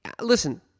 listen